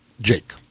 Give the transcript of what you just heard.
Jake